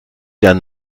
dann